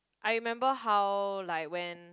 I remember how like when